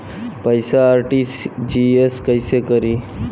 पैसा आर.टी.जी.एस कैसे करी?